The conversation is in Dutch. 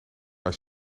als